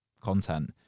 content